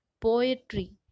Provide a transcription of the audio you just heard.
poetry